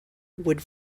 would